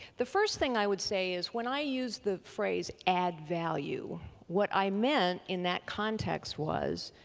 the first thing i would say is when i use the phrase add value what i meant in that context was,